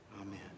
Amen